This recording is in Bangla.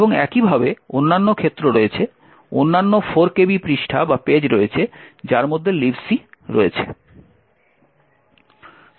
এবং একইভাবে অন্যান্য ক্ষেত্র রয়েছে অন্যান্য 4 KB পৃষ্ঠা রয়েছে যার মধ্যে Libc রয়েছে